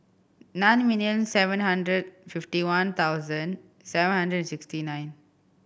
nine million seven hundred fifty one thousand seven hundred sixty nine